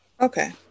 Okay